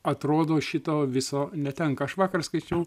atrodo šito viso netenka aš vakar skaičiau